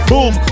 Boom